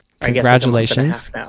Congratulations